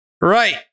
Right